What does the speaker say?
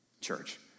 church